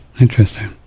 Interesting